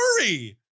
worry